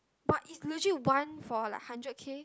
but is legit one for like hundred K